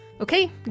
Okay